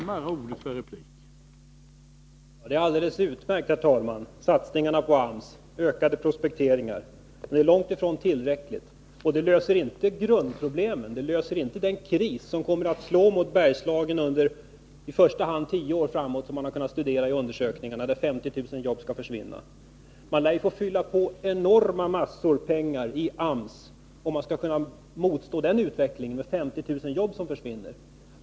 Herr talman! Det är alldeles utmärkt att man satsar på AMS och på ökade prospekteringar, men det är långt ifrån tillräckligt. Och det löser inte grundproblemen eller den kris som kommer att drabba Bergslagen under i första hand tio år framåt. Man har i undersökningar kunnat räkna fram att 50 000 jobb kommer att försvinna. Man lär få fylla på enorma mängder pengar i AMS kassor om man skall kunna stå emot en utveckling där 50 000 jobb försvinner.